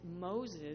Moses